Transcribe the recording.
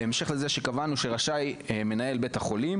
בהמשך לזה שקבענו שרשאי מנהל בית החולים